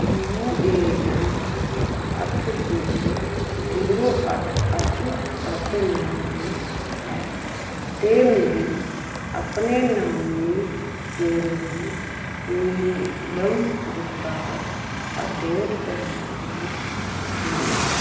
U A N अट्ठ zero zero अट्ठ अट्ठ सत्त नौ नौ ऐ ते मिगी अपने नॉमिनी ब्यौरे गी नीलम गुप्ता पर अपडेट करने दी लोड़ ऐ